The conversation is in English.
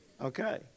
Okay